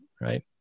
right